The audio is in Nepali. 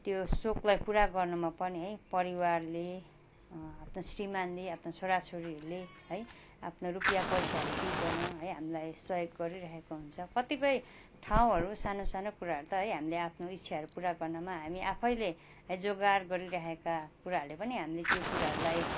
त्यो सोखलाई पुरा गर्नुमा पनि है परिवारले आफ्नो श्रीमानले आफ्नो छोरा छोरीहरूले है आफ्नो रुपियाँ पैसाहरू दिइकन है हामीलाई सहयोग गरिरहेका हुन्छ कतिपय ठाउँहरू सानो सानो कुराहरू त है हामीले आफ्नो इच्छाहरू पुरा गर्नमा हामी आफैले है जोगाड गरिरहेका कुराहरूले पनि हामीले त्यो कुराहरूलाई